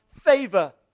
favor